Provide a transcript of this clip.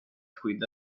skydda